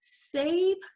save